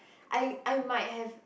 I I might have